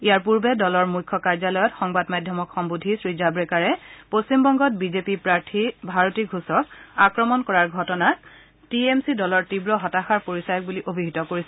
ইয়াৰ পূৰ্বে দলৰ মুখ্য কাৰ্যলয়ত সংবাদ মাধ্যমক সন্নোধি শ্ৰী জান্নেকাৰে পশ্চিমবংগত বিজেপি প্ৰাৰ্থী ভাৰতী ঘোষক আক্ৰমণ কৰাৰ ঘটনাক টি এম চি দলৰ তীৱ হতাশাৰ পৰিচায়ক বুলি অভিহিত কৰিছিল